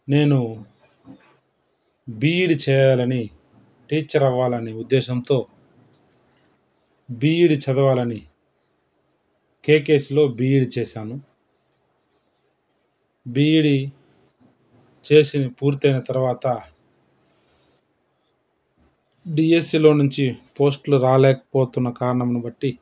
నేను బీఈడీ చేయాలని టీచర్ అవ్వాలని ఉద్దేశంతో బీఈడీ చదవాలని కేకేస్లో బీఈడీ చేశాను బీఈడీ చేసి పూర్తయిన తర్వాత బిఎస్సిలో నుంచి పోస్టులు రాలేకపోతున్న కారణమును బట్టి